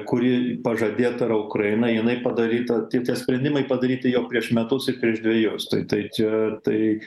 kuri pažadėta yra ukrainai jinai padaryta tie sprendimai padaryti jau prieš metus ir prieš dvejus tai tai čia tai